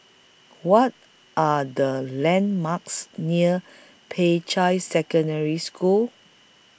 What Are The landmarks near Peicai Secondary School